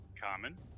Common